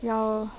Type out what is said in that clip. ಯಾವ